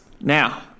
Now